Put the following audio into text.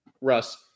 Russ